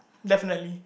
definitely